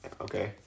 Okay